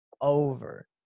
over